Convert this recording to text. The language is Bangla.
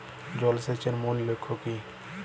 জল সেচের মূল লক্ষ্য কী?